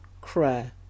cry